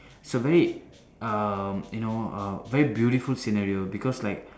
it's a very um you know err very beautiful scenario because like